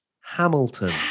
Hamilton